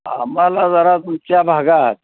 आम्हाला जरा तुमच्या भागात